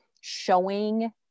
showing